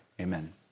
Amen